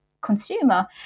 consumer